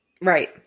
right